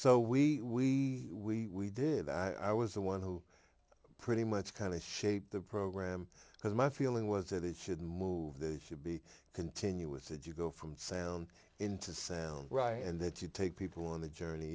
so we did i was the one who pretty much kind of shape the program because my feeling was that it should move the should be continuous that you go from sound into sound right and that you take people on the journey